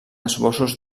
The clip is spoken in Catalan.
esbossos